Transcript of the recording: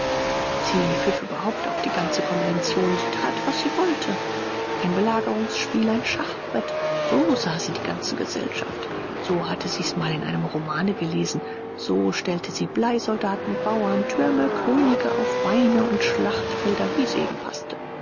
sie pfiff überhaupt auf die ganze konvention sie tat was sie wollte ein belagerungsspiel ein schachbrett so sah sie die ganze gesellschaft so hatte sie's mal in einem romane gelesen so stellte sie bleisoldaten bauern türme könige auf beine und schlachtfelder wie's eben paßte